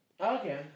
Okay